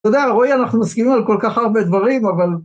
תודה רואי אנחנו מסכימים על כל כך הרבה דברים אבל